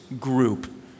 group